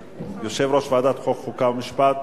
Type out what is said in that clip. יושב-ראש ועדת החוקה, חוק ומשפט,